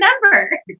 remember